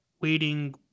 waiting